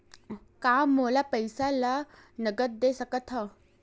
का मोला पईसा ला नगद दे सकत हव?